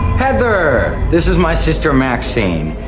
heather! this is my sister maxine.